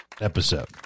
episode